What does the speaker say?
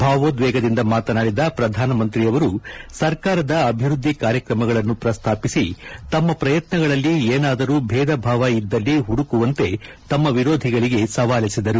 ಭಾವೋದ್ವೇಗದಿಂದ ಮಾತನಾಡಿದ ಪ್ರಧಾನಮಂತ್ರಿಯವರು ಸರ್ಕಾರದ ಅಭಿವೃದ್ಧಿ ಕಾರ್ಯಕ್ರಮಗಳನ್ನು ಪ್ರಸ್ತಾಪಿಸಿ ತಮ್ಮ ಪ್ರಯತ್ನಗಳಲ್ಲಿ ಏನಾದಾರು ಭೇದಭಾವ ಇದ್ದಲ್ಲಿ ಹುಡುಕುವಂತೆ ತಮ್ಮ ವಿರೋಧಿಗಳಿಗೆ ಸವಾಲೆಸೆದರು